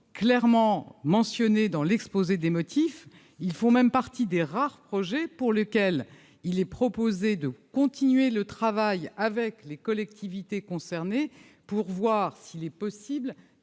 clairement mentionnés dans l'exposé des motifs. Ils font même partie des rares projets pour lesquels il est proposé de continuer de travailler avec les collectivités concernées, afin d'accélérer le calendrier